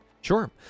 Sure